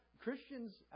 Christians